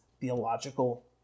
theological